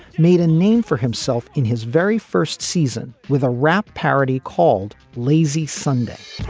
made a name for himself in his very first season with a rap parody called lazy sunday.